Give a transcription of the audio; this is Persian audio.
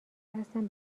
هستم